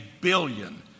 billion